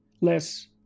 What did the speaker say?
less